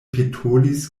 petolis